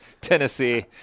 Tennessee